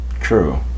true